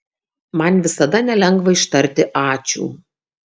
man visada nelengva ištarti ačiū